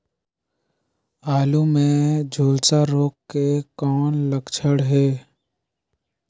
आलू मे झुलसा रोग के कौन लक्षण हे?